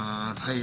בחיים.